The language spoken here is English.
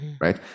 right